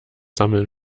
sammeln